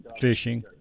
fishing